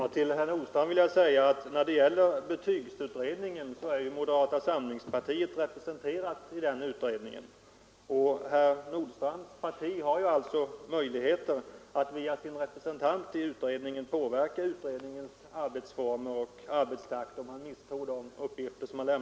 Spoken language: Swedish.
Herr talman! Till herr Nordstrandh vill jag säga att moderata samlingspartiet är representerat i betygsutredningen. Om herr Nordstrandh misstror de uppgifter som har lämnats här i dag, finns det alltså möjligheter för hans parti att via sin representant påverka utredningens arbetsformer och arbetstakt.